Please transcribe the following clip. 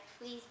please